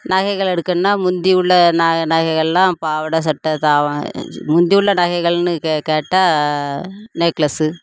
நகைகள் எடுக்கணும்னா முந்தி உள்ள நகைகள்லாம் பாவாடை சட்டை தாவா முந்தி உள்ள நகைகள்னு கேட்டால் நெக்லஸ்ஸு